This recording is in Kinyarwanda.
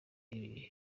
ibi